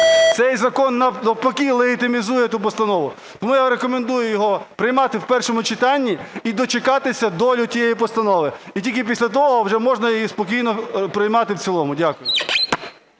цей закон, навпаки, поки легітимізує ту постанову. Тому я рекомендую його приймати в першому читанні і дочекатися долю тієї постанови. І тільки після того вже можна її спокійно приймати в цілому. Дякую.